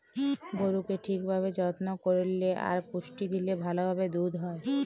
গরুকে ঠিক ভাবে যত্ন করল্যে আর পুষ্টি দিলে ভাল ভাবে দুধ হ্যয়